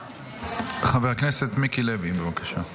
חבר הכנסת מיקי לוי, בבקשה.